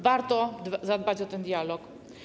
Warto zadbać o ten dialog.